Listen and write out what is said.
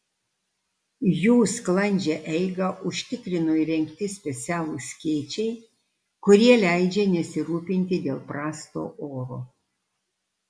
jų sklandžią eigą užtikrino įrengti specialūs skėčiai kurie leidžia nesirūpinti dėl prasto oro